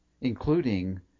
including